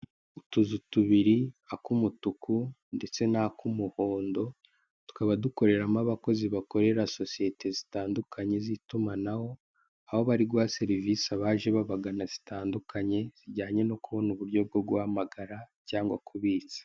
Utuzu tubiri: ak'umutuku ndetse n'ak'umuhondo, tukaba dukoreramo abakozi bakorera sosiyete zitandukanye, z'itumahano, aho bari guha serivise abaje babagana, zitandukanye, zijyanye no kubona uburyo bwo guhamagara cyangwa kubitsa.